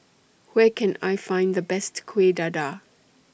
Where Can I Find The Best Kueh Dadar